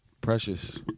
Precious